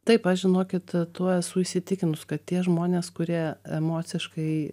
taip aš žinokit tuo esu įsitikinus kad tie žmonės kurie emociškai